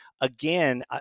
again